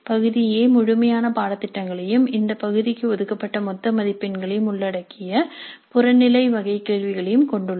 பகுதி ஏ முழுமையான பாடத்திட்டங்களையும் இந்த பகுதிக்கு ஒதுக்கப்பட்ட மொத்த மதிப்பெண்களையும் உள்ளடக்கிய புறநிலை வகை கேள்விகளைக் கொண்டுள்ளது